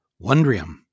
Wondrium